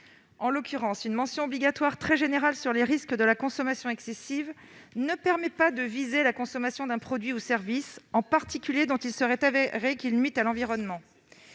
En l'occurrence, une mention obligatoire très générale sur les risques de la consommation excessive ne permet pas de viser la consommation d'un produit ou service en particulier, dont il serait avéré qu'il nuit à l'environnement.